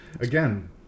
again